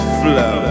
flow